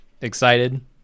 excited